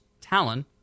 Talon